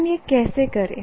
हम यह कैसे करे